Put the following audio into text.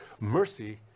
Mercy